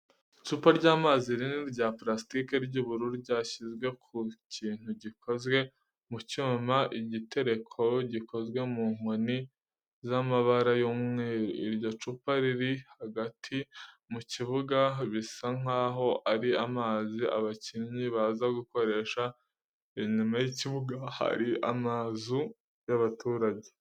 Icupa ry'amazi rinini rya purasitike ry'ubururu ryashyizwe ku kintu gikozwe mu cyuma. Igitereko gikozwe mu nkoni z'amabara y'umweru. Iryo cupa riri hagati mu kibuga bisa nkaho ari amazi abakinnyi baza gukoresha, inyuma y'ikibuga hari amazu y'abaturage.